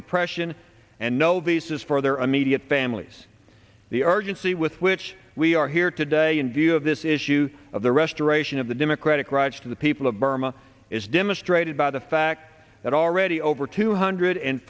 repression and no visas for their immediate families the urgency with which we are here today in view of this issue of the restoration of the democratic rights of the people of burma is demonstrated by the fact that already over two hundred and